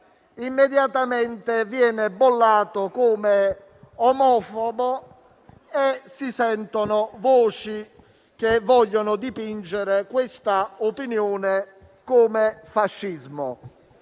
immediatamente viene bollato come omofobo e si sentono voci che vogliono dipingere questa opinione come fascismo.